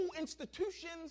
institutions